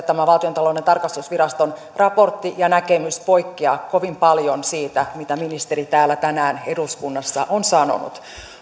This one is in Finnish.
tämä valtiontalouden tarkastusviraston raportti ja näkemys poikkeaa kovin paljon siitä mitä ministeri täällä tänään eduskunnassa on sanonut